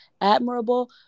admirable